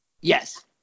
yes